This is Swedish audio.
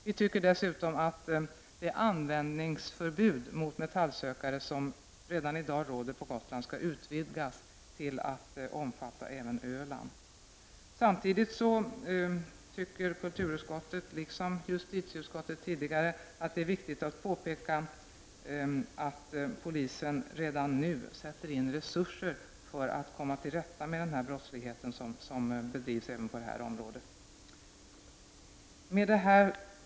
Vi tycker dessutom att det förbud mot användning av metallsökare som redan i dag råder på Gotland skall utvidgas till att omfatta även Öland. Samtidigt tycker kulturutskottet, liksom justitieutskottet, att det är viktigt att påpeka att polisen redan nu sätter in resurser för att komma till rätta med den brottslighet som bedrivs även på det här området. Herr talman!